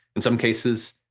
in some cases,